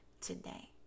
today